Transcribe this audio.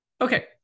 Okay